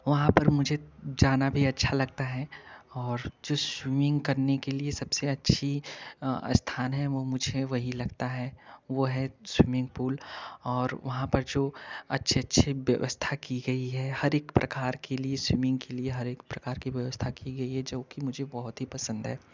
वहाँ पर मुझे जाना भी अच्छा लगता है और जो शुमिंग करने के लिए सबसे अच्छी स्थान है वह मुझे वही लगता है वह है स्विमिंग पूल और वहाँ पर जो अच्छे अच्छे व्यवस्था की गई है हर एक प्रकार के लिए स्विमिंग के लिए हर एक प्रकार की व्यवस्था की गई हैं जो कि मुझे बहुत ही पसंद है